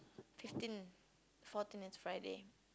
fifteen fourteen is Friday